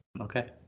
Okay